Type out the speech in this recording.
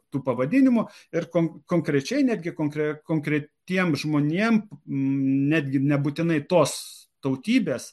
tų pavadinimų ir kon konkrečiai netgi konkre konkretiem žmonėm netgi nebūtinai tos tautybės